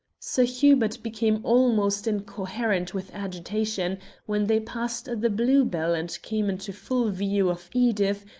sir hubert became almost incoherent with agitation when they passed the blue-bell and came into full view of edith,